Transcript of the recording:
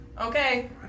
Okay